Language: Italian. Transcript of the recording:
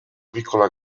piccola